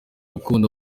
gukunda